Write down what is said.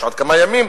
יש עוד כמה ימים,